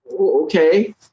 okay